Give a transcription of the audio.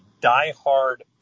die-hard